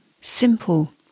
simple